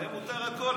להם מותר הכול.